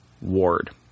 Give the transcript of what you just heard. Ward